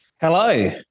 Hello